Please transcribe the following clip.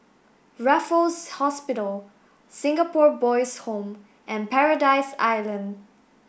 Raffles Hospital Singapore Boys' Home and Paradise Island